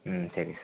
ம் சரி சார்